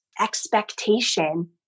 expectation